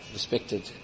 Respected